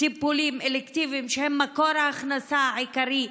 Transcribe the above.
טיפולים אלקטיביים, שהם מקור ההכנסה העיקרי,